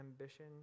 ambition